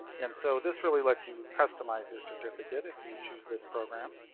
and so this really lets you customize your certificate if you choose this program.